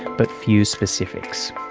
but few specifics.